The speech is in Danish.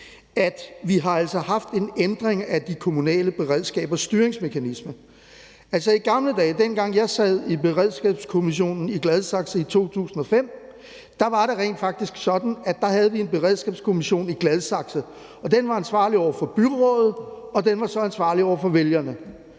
altså har haft en ændring af de kommunale beredskabers styringsmekanisme. I gamle dage, og det vil sige, dengang jeg sad i beredskabskommissionen i Gladsaxe i 2005, var det rent faktisk sådan, at vi havde en beredskabskommission i Gladsaxe. Den var ansvarlig over for byrådet, og den var så ansvarlig over for vælgerne.